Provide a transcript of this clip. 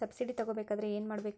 Subsidy ತಗೊಬೇಕಾದರೆ ಏನು ಮಾಡಬೇಕು?